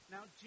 Now